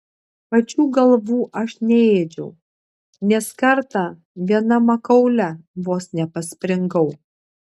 pačių galvų aš neėdžiau nes kartą viena makaule vos nepaspringau